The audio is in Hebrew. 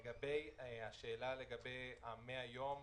לגבי השאלה על 100 הימים,